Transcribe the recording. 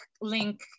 link